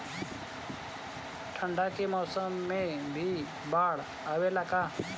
ठंडा के मौसम में भी बाढ़ आवेला का?